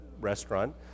restaurant